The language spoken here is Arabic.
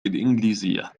الإنجليزية